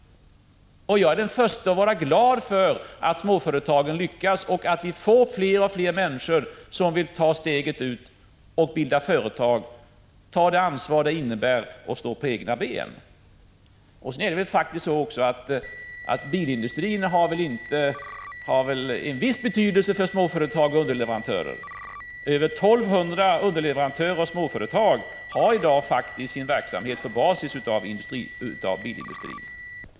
Jag är den förste att glädja mig över att småföretagen lyckas och att fler och fler människor vill ta steget fullt ut, bilda företag och ta det ansvar det innebär att stå på egna ben. Sedan är det faktiskt så att bilindustrin har en viss betydelse även för småföretagen. Över 1 200 underleverantörer och småföretag har i dag sin verksamhet baserad på bilindustrins beställningar.